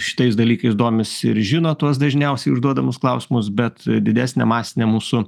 šitais dalykais domisi ir žino tuos dažniausiai užduodamus klausimus bet didesnė masinė mūsų